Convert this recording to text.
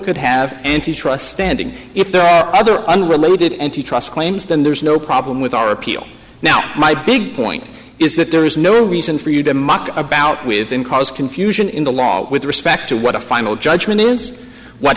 could have trust standing if there are other unrelated antitrust claims then there's no problem with our appeal now my big point is that there is no reason for you to muck about with them cause confusion in the law with respect to what a final judgment is what